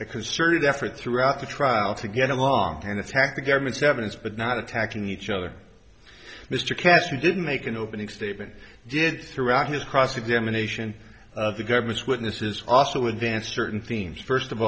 a concerted effort throughout the trial to get along and attack the government's evidence but not attacking each other mr katz who didn't make an opening statement did throughout his cross examination of the government's witnesses also advance certain themes first of